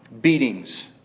beatings